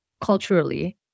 culturally